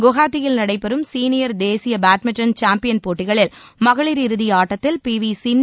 குவஹாத்தியில் நடைபெறும் சீனியர் தேசிய பேட்மிண்டன் சேம்பியன் போட்டிகளில் மகளிர் இறுதி ஆட்டத்தில் பி வி சிந்து